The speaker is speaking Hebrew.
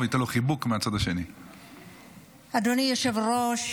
אדוני היושב-ראש,